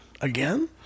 Again